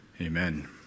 Amen